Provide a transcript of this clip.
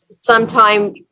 sometime